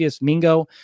Mingo